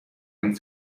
and